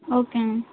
okay